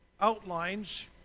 outlines